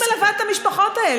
107 ימים אני מלווה את המשפחות האלה.